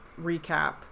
recap